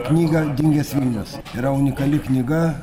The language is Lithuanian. knygą dingęs vilnius yra unikali knyga